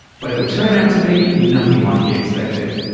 but it would turn out to be nothing like he'd expected.